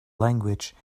language